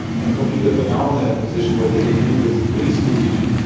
and computers are now in a position where they can do this pretty smoothly.